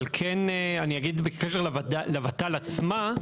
אבל כן אני אגיד בקשר לוות"ל עצמה,